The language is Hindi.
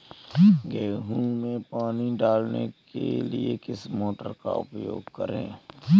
गेहूँ में पानी डालने के लिए किस मोटर का उपयोग करें?